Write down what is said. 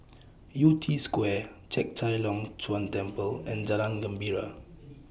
Yew Tee Square Chek Chai Long Chuen Temple and Jalan Gembira